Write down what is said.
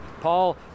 Paul